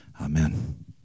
Amen